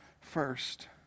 first